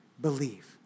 believe